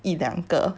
一两个